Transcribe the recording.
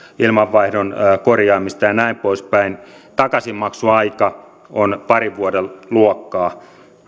ilmanvaihdon korjaamista ja näin poispäin takaisinmaksuaika on parin vuoden luokkaa